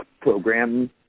program